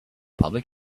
public